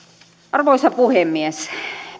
arvoisa puhemies